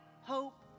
hope